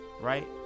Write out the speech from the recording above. right